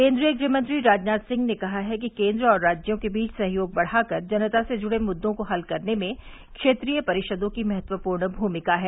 केन्द्रीय गृहमंत्री राजनाथ सिंह ने कहा है कि केन्द्र और राज्यों के बीच सहयोग बढ़ाकर जनता से जुड़े मुद्दों को हल करने में क्षेत्रीय परिषदों की महत्वपूर्ण भूमिका है